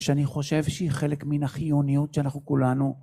שאני חושב שהיא חלק מן החיוניות שאנחנו כולנו